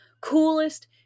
coolest